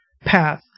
path